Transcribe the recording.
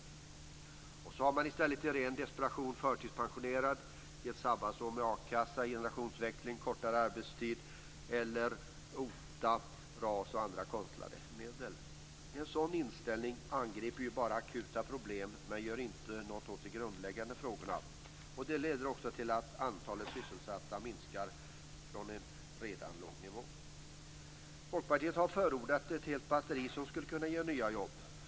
I stället har man i ren desperation förtidspensionerat, gett sabbatsår med a-kassa, genomfört generationsväxling, infört kortare arbetstid eller infört OTA, RAS och andra konstlade medel. En sådan inställning angriper ju bara akuta problem, men den gör inte något åt de grundläggande frågorna. Det leder också till att antalet sysselsatta minskar från en redan låg nivå. Folkpartiet har förordat ett helt batteri som skulle kunna ge nya jobb.